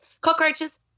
Cockroaches